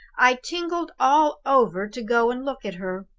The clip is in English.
i tingled all over to go and look at her.